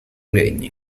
regni